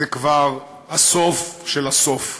זה כבר הסוף של הסוף,